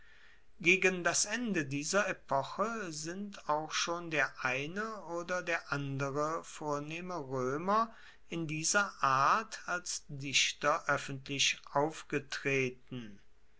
gegen das ende dieser epoche sind auch schon der eine oder der andere vornehme roemer in dieser art als dichter oeffentlich aufgetreten